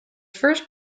first